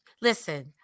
listen